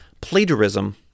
plagiarism